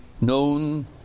known